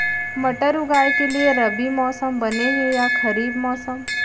मटर उगाए के लिए रबि मौसम बने हे या खरीफ मौसम?